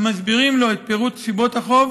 המסבירים לו את סיבות החוב,